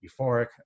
euphoric